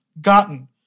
gotten